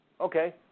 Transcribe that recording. Okay